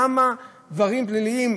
כמה דברים פליליים,